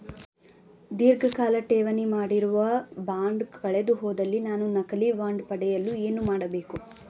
ಧೀರ್ಘಕಾಲ ಠೇವಣಿ ಮಾಡಿರುವ ಬಾಂಡ್ ಕಳೆದುಹೋದಲ್ಲಿ ನಾನು ನಕಲಿ ಬಾಂಡ್ ಪಡೆಯಲು ಏನು ಮಾಡಬೇಕು?